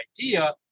idea